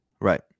Right